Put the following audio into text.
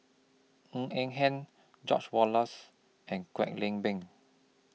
Ng Eng Hen George Oehlers and Kwek Leng Beng